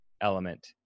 element